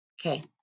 Okay